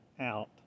out